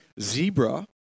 zebra